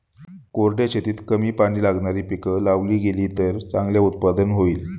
कोरड्या शेतीत कमी पाणी लागणारी पिकं लावली गेलीत तर चांगले उत्पादन होते